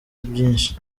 byinshi